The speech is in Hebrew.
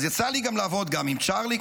אז יצא לי לעבוד גם עם צ'רלי,